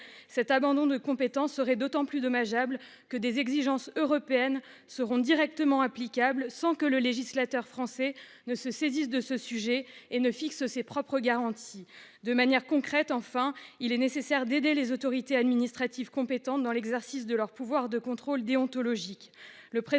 Cet abandon de compétence serait d'autant plus dommageable que des exigences européennes seront directement applicables sans que le législateur français se saisisse de ce sujet et fixe ses propres garanties. De manière concrète, enfin, il est nécessaire d'aider les autorités administratives compétentes dans l'exercice de leur pouvoir de contrôle déontologique.